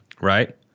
right